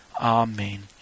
Amen